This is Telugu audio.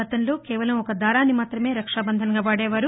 గతంలో కేవలం ఒక దారాన్ని మాతమే రక్షాబంధన్గా వాడేవారు